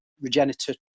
regenerative